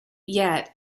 yet